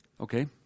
Okay